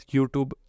YouTube